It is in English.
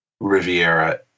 Riviera